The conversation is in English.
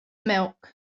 milk